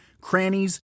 crannies